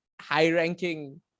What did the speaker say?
high-ranking